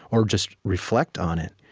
or just reflect on it.